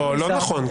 לא נכון.